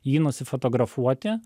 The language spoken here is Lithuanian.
jį nusifotografuoti